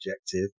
objective